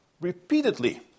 repeatedly